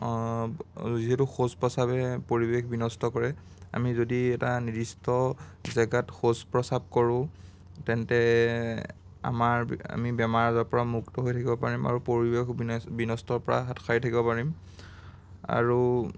যিহেতু শৌচ প্ৰস্ৰাৱে পৰিৱেশ বিনষ্ট কৰে আমি যদি এটা নিৰ্দিষ্ট জেগাত শৌচ প্ৰস্ৰাৱ কৰোঁ তেন্তে আমাৰ আমি বেমাৰ আজাৰৰ পৰা মুক্ত হৈ থাকিব পাৰিম আৰু পৰিৱেশ বিনষ্টৰ পৰা হাত সাৰি থাকিব পাৰিম আৰু